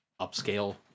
upscale